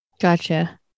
gotcha